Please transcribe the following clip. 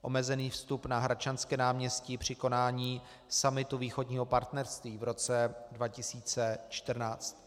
Omezený vstup na Hradčanské náměstí při konání summitu Východního partnerství v roce 2014.